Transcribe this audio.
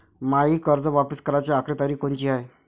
मायी कर्ज वापिस कराची आखरी तारीख कोनची हाय?